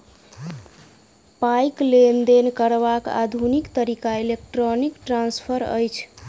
पाइक लेन देन करबाक आधुनिक तरीका इलेक्ट्रौनिक ट्रांस्फर अछि